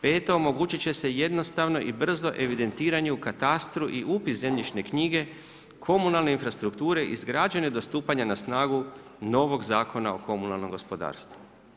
Peto, omogućit će se jednostavno i brzo evidentiranje u katastru i upis zemljišne knjige, komunalne infrastrukture izgrađene do stupanja na snagu novog Zakona o komunalnom gospodarstvu.